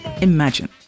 Imagine